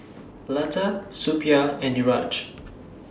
Lata Suppiah and Niraj